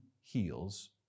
heals